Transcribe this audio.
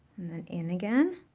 and then in again.